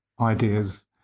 ideas